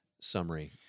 summary